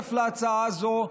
תצטרף להצעה הזו,